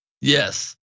Yes